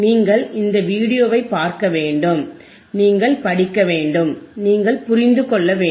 நீங்கள் இந்த வீடியோவைப் பார்க்க வேண்டும் நீங்கள் படிக்க வேண்டும் நீங்கள் புரிந்து கொள்ள வேண்டும்